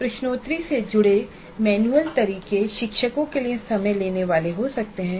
प्रश्नोत्तरी से जुड़े मैनुअल तरीके शिक्षकों के लिए समय लेने वाले हो सकते हैं